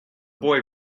boy